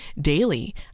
daily